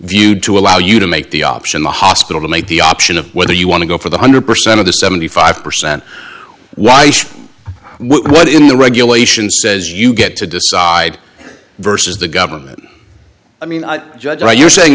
viewed to allow you to make the option the hospital to make the option of whether you want to go for the one hundred percent of the seventy five percent why what in the regulations says you get to decide versus the government i mean i judge are you saying